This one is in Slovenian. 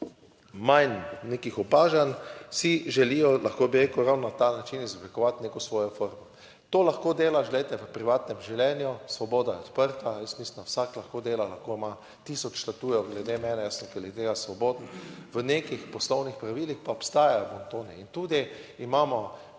manj nekih opažanj, si želijo, lahko bi rekel, ravno na ta način izoblikovati neko svojo formo. To lahko delaš, glejte, v privatnem življenju, svoboda je odprta, jaz mislim, da vsak lahko dela, lahko ima tisoč tatujev glede mene, jaz sem glede tega svoboden, v nekih poslovnih pravilih pa obstajajo bontoni. In tudi imamo,